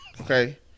okay